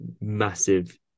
massive